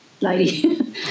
lady